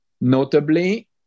notably